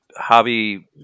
hobby